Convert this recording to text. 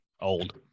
Old